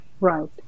Right